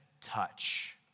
touch